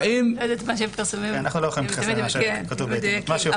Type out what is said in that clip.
אנחנו לא יכולים להתייחס למה שכתוב בעיתונים.